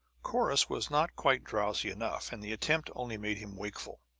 corrus was not quite drowsy enough, and the attempt only made him wakeful.